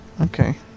okay